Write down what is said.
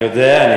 לא מיותר.